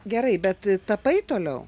gerai bet tapai toliau